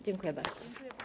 Dziękuję bardzo.